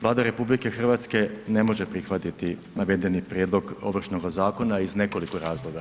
Vlada RH ne može prihvatiti navedeni prijedlog Ovršnoga zakona iz nekoliko razloga.